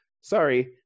sorry